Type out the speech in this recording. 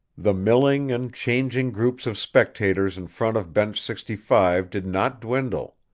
the milling and changing groups of spectators in front of bench sixty five did not dwindle.